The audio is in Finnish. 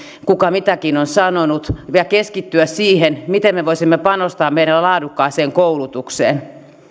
kuka mitäkin on sanonut ja keskittyä siihen miten me voisimme panostaa meidän laadukkaaseen koulutukseen